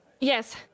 Yes